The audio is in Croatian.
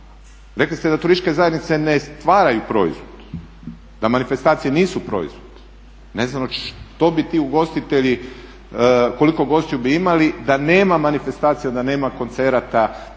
Rekli ste da turističke zajednice ne stvaraju proizvod, da manifestacije nisu proizvod. Ne znam što bi ti ugostitelji, koliko gostiju bi imali da nema manifestacija, da nema koncerata da nema plakata,